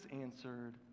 answered